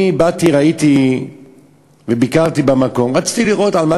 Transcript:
אני באתי, ראיתי וביקרתי במקום, רציתי לראות על מה